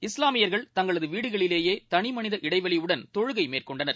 இஸ்லாமியர்கள் தங்களதுவீடுகளிலேயேதனிமனித இடைவெளியுடன் தொழுகைமேற்கொண்டனர்